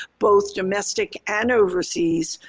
both domestic and overseas,